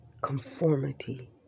conformity